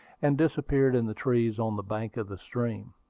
and disappeared in the trees on the bank of the stream.